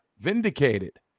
vindicated